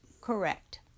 correct